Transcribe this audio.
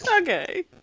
Okay